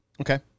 Okay